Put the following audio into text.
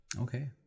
Okay